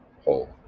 whole